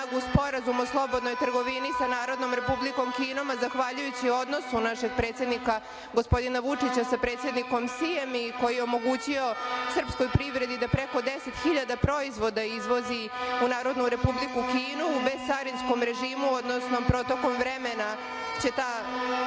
Sporazum o slobodnoj trgovini sa Narodnom Republikom Kinom, a zahvaljujući odnosu našeg predsednika, gospodina Vučića sa predsednikom Sijem i koji je omogućio srpskoj privredi da preko 10.000 proizvoda izvozi u NRK u bescarinskom režimu, odnosno protokom vremena